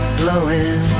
blowing